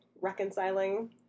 reconciling